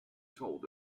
told